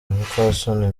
umupfasoni